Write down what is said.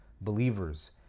believers